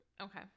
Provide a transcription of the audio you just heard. Okay